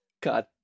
god